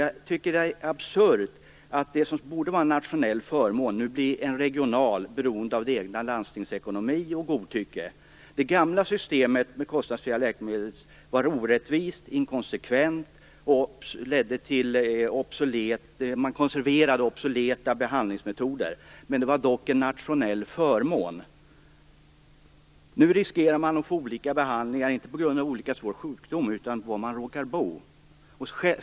Jag tycker att det är absurt att det som borde vara en nationell förmån nu blir en regional förmån, beroende av det egna landstingets ekonomi och godtycke. Det gamla systemet med kostnadsfria läkemedel var orättvist, inkonsekvent och ledde till att obsoleta behandlingsmetoder konserverades. Men det var dock en nationell förmån. Nu riskerar man att få olika behandlingar, inte på grund av olika svåra sjukdomar utan på var man råkar bo.